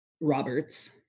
Roberts